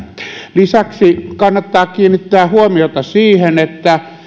lisäksi kannattaa kiinnittää huomiota siihen että